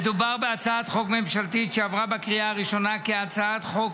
מדובר בהצעת חוק ממשלתית שעברה בקריאה ראשונה כהצעת חוק